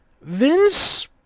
Vince